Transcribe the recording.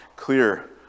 clear